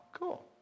cool